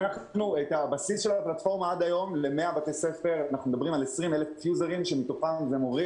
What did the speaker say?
כיום משתמשים בפלטפורמה 20,000 יוזרים שהם מורים.